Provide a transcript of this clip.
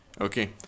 Okay